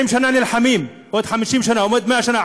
70 שנה נלחמים ועוד 50 שנה, עוד מעט 100 שנה.